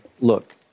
Look